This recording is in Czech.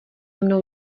mnou